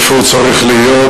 איפה הוא צריך להיות,